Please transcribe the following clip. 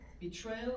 betrayal